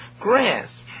grass